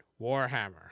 Warhammer